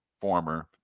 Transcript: former